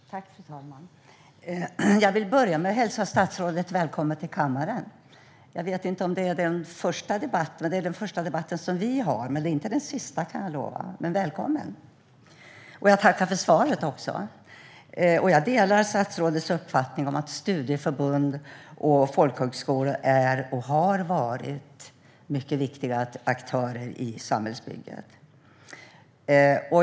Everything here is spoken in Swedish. Fru talman! Jag vill börja med att hälsa statsrådet välkommen till kammaren. Jag vet inte om det är den första debatten, men det är den första debatten som vi har. Det är inte den sista, kan jag lova. Välkommen! Jag tackar också för svaret. Jag delar statsrådets uppfattning att studieförbund och folkhögskolor är och har varit mycket viktiga aktörer i samhällsbygget.